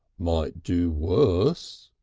might do worse,